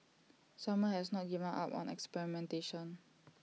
simon has not given up on experimentation